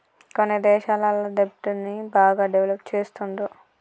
కొన్ని దేశాలల్ల దెబ్ట్ ని బాగా డెవలప్ చేస్తుండ్రు